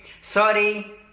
sorry